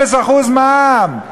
0% מע"מ.